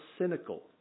cynical